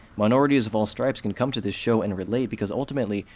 minorities of all stripes can come to this show and relate, because ultimately,